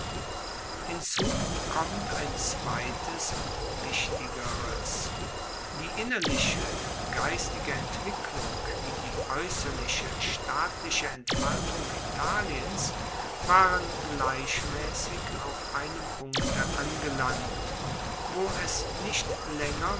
hierzu kommt ein zweites und wichtigeres die innerliche geistige entwicklung wie die aeusserliche staatliche entfaltung italiens waren gleichmaessig auf einem punkte angelangt wo es nicht laenger